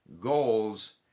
goals